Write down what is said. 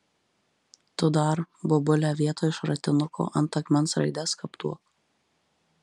tu dar bobule vietoj šratinuko ant akmens raides skaptuok